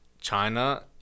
China